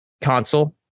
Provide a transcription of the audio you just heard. console